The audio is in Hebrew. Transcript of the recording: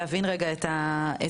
להבין רגע את המצב.